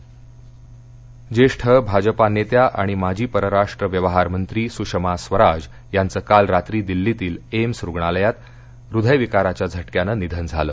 निधन सषमा स्वराज् ज्येष्ठ भाजपा नेत्या आणि माजी परराष्ट्रव्यवहारमंत्री सुषमा स्वराज यांचं काल रात्री दिल्लीतील एम्स रुग्णालयात हृदयविकाराच्या झा वियानं निधन झाल